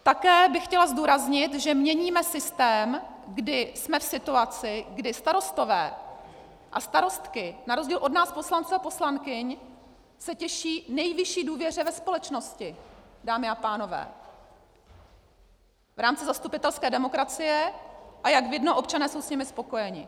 Také bych chtěla zdůraznit, že měníme systém, kdy jsme v situaci, kdy starostové a starostky na rozdíl od nás, poslanců a poslankyň, se těší nejvyšší důvěře ve společnosti, dámy a pánové, v rámci zastupitelské demokracie, a jak vidno, občané jsou s nimi spokojeni.